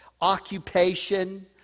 occupation